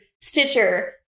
Stitcher